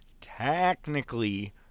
technically